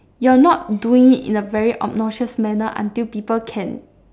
you're not doing it in a very obnoxious manner until people can